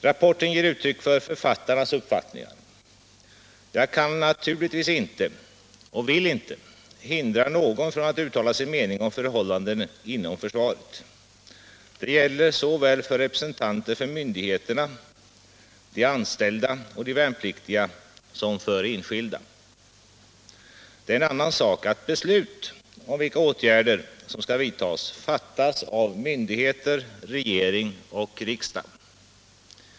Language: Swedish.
Rapporten ger uttryck för författarnas uppfattningar. Jag kan naturligtvis inte — och vill inte — hindra någon från att uttala sin mening om förhållandena inom försvaret. Det gäller såväl för representanter för myndigheterna, de anställda och de värnpliktiga som för enskilda. Det är en annan sak att beslut om vilka åtgärder som skall vidtas fattas av myndigheter, regering och riksdag.